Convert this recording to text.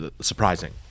surprising